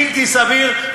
בלתי סביר,